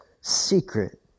secret